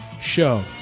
show